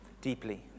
deeply